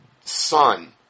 son